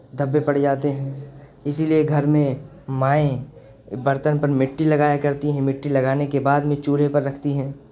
دھبے پڑ جاتے ہیں اسی لیے گھر میں مائیں برتن پر مٹی لگایا کرتی ہیں مٹی لگانے کے بعد میں چولھے پر رکھتی ہیں